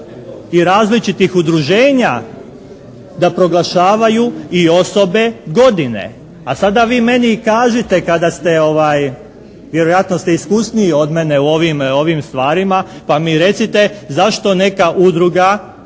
i različitih udruženja da proglašavaju i osobe godine. A sada vi meni kažite kada ste, vjerojatno ste iskusniji od mene u ovim stvarima pa mi recite zašto neka udruga